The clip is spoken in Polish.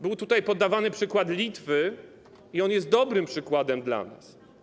Był tutaj podawany przykład Litwy i on jest dobrym przykładem dla nas.